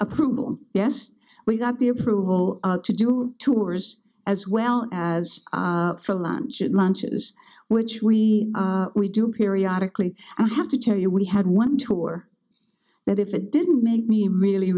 approval yes we got the approval to do two hours as well as for lunch at lunches which we we do periodically i have to tell you we had one two or that if it didn't make me really